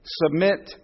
submit